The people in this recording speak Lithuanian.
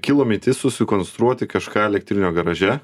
kilo mitis susikonstruoti kažką elektrinio garaže